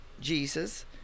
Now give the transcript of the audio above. jesus